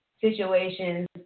situations